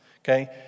okay